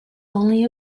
only